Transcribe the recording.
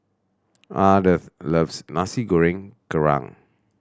Ardeth loves Nasi Goreng Kerang